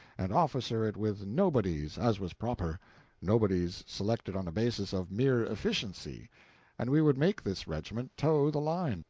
and officer it with nobodies, as was proper nobodies selected on a basis of mere efficiency and we would make this regiment toe the line,